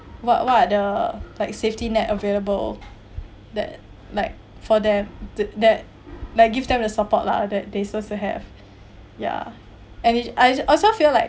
what what're the like safety net available that like for them to that like give them the support lah that they supposed to have ya and it I also feel like